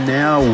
now